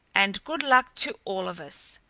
and good luck to all of us!